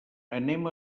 anem